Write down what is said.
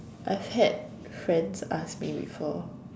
I've had friends ask me before